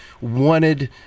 wanted